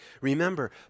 Remember